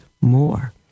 more